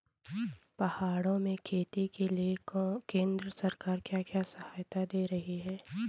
पहाड़ों में खेती के लिए केंद्र सरकार क्या क्या सहायता दें रही है?